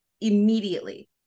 immediately